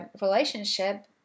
relationship